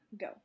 go